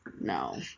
no